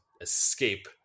escape